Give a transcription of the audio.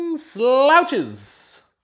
slouches